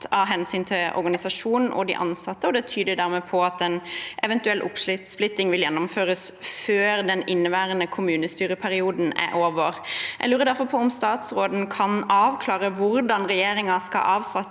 av hensyn til organisasjonen og de ansatte, og det tyder dermed på at en eventuell oppsplitting vil gjennomføres før den inneværende kommunestyreperioden er over. Jeg lurer derfor på om statsråden kan avklare hvordan regjeringen skal avsette